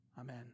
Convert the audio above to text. Amen